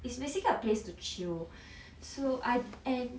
it's basically a place to chill so I am